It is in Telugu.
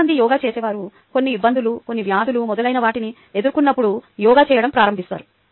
చాలా మంది యోగా చేసేవారు కొన్ని ఇబ్బందులు కొన్ని వ్యాధులు మొదలైన వాటిని ఎదుర్కొన్నప్పుడు యోగా చేయడం ప్రారంభిస్తారు